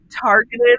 targeted